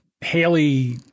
Haley